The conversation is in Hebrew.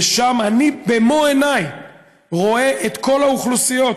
ושם אני במו עיניי רואה את כל האוכלוסיות,